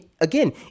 again